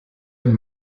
ein